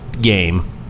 game